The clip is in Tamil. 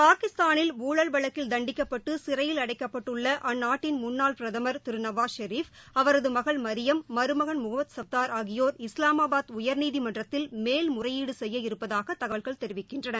பாகிஸ்தானில் ஊழல் வழக்கில் தண்டிக்கப்பட்டு சிறையில் அடைக்கப்பட்டுள்ள அந்நாட்டின் முன்னாள் பிரதமர் திரு நவாஸ் ஷெரீஃப் அவரது மகள் மரியம் மருமகள் முகமத் கஃப்தார் ஆகியோர் இஸ்லாமாபாத் உயர்நீதிமன்றத்தில் மேல்முறையீடு செய்ய இருப்பதாக தகவல்கள் கூறுகின்றன